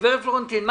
גברת פלורנטין,